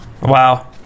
Wow